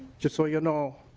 just so you know